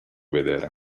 vedere